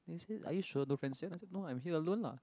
then he said are you sure no friends here I said no I am here alone lah